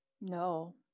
No